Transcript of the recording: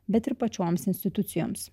bet ir pačioms institucijoms